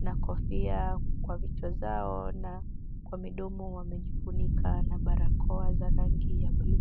na kofia Kwa vichwa zao na kwa midomo wamejifunika na barakoa za rangi ya bulu.